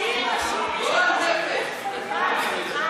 אותי מאשימים?